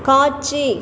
காட்சி